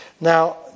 Now